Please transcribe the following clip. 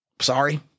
Sorry